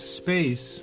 space